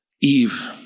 Eve